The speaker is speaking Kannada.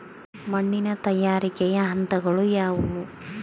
ಮಣ್ಣಿನ ತಯಾರಿಕೆಯ ಹಂತಗಳು ಯಾವುವು?